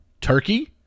turkey